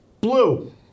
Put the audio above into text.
Blue